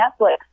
Netflix